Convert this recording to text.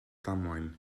ddamwain